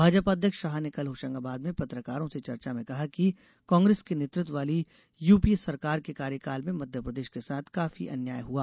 भाजपा अध्यक्ष शाह ने कल होशंगाबाद में पत्रकारों से चर्चा में केहा कि कांग्रेस के नेतृत्व वाली यूपीए सरकार के कार्यकाल में मध्यप्रदेश के साथ काफी अन्याय हुआ